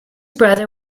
brother